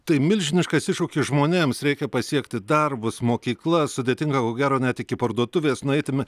tai milžiniškas iššūkis žmonėms reikia pasiekti darbus mokyklas sudėtinga ko gero net iki parduotuvės nueiti me